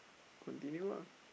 continue lah